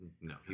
no